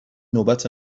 نوبت